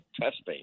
testing